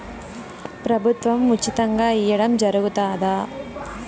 ప్రభుత్వం ఉచితంగా ఇయ్యడం జరుగుతాదా?